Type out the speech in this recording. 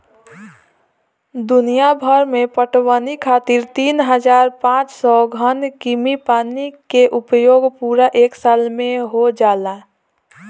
दुनियाभर में पटवनी खातिर तीन हज़ार पाँच सौ घन कीमी पानी के उपयोग पूरा एक साल में हो जाला